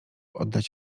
oddać